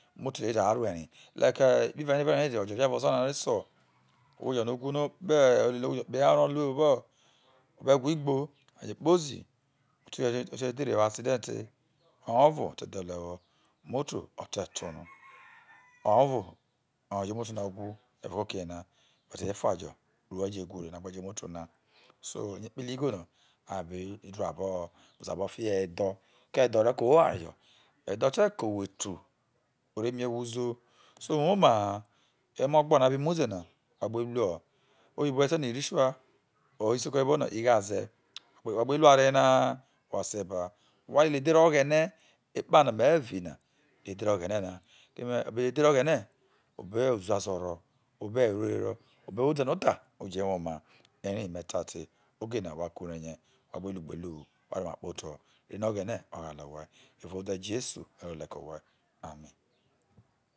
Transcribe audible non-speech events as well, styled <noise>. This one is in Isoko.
<unintelligible> imoto dede a rue ri hi like ekpi re no evre no dede ojo via evao ozo na no are so owho jo no owu no lele owho jo kpo eha oro lu evao obo egiri igbo no a je kpozi o te jo edhere wo asiderite oyo vo ote dhe luo ewo imoto ote to no oyo vo ojo imoto na wu evao oki ye na but efa jo a rue je wu re no a gbe jo imoto na na yo ekpele ogho no a bi du abo ho du abo fiho edho ko edho ore ko owho eware jo edho te ko owhe etu ore mi owhe uzo so uwo maha emo ogbo na no abi mu ze na na bi luo oyibo re sei no ritual o isoko re bo no igho aze wha gbe lu oware yena ha wa se ba wa lele edhere oghene ekpano me evi na lele edhere oghene na ke edhere oghene one ho uzuazo oro obe eruore oro obe ode notha oje woma eri me ta te oge na wa kure ye wa gbe lu ugbeluhu waro oma kpoto re no oghene oghale owhai evao ode jesu me to le ke owhai ami